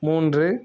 மூன்று